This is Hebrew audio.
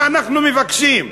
מה אנחנו מבקשים?